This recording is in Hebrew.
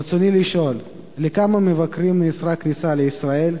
רצוני לשאול: 1. על כמה מבקרים נאסרה כניסה לישראל?